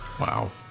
Wow